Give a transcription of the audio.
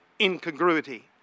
incongruity